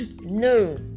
no